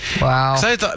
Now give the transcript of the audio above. Wow